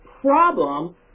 problem